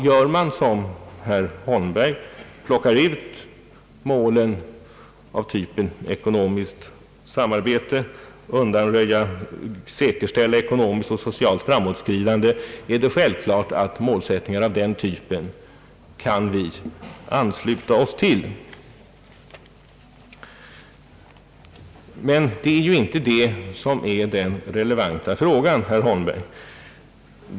Gör man som herr Holmberg — plockar ut målen av typen »ekonomiskt samarbete» och »säkerställa ekonomiskt framåtskridande» — är det självklart att vi kan ansluta oss till målsättningar av den typen. Men det är inte det som är den relevanta frågan, herr Holmberg!